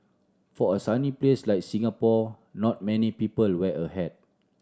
for a sunny place like Singapore not many people wear a hat